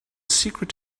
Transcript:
secret